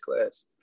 class